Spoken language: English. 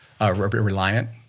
reliant